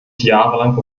jahrelang